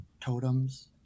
totems